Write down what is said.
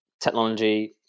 technology